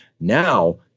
Now